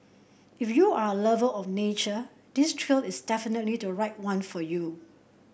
if you're a lover of nature this trail is definitely the right one for you